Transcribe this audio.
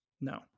No